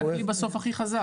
זה הכלי הכי חזק.